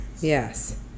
yes